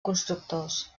constructors